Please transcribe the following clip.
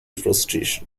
frustration